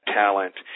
talent